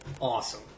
awesome